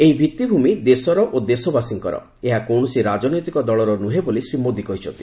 ଏହି ଭିଭିଭୂମି ଦେଶର ଓ ଦେଶବାସୀଙ୍କର ଏହା କୌଣସି ରାଜନୈତିକ ଦଳର ନୁହେଁ ବୋଲି ଶ୍ରୀ ମୋଦୀ କହିଛନ୍ତି